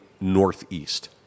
northeast